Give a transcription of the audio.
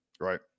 Right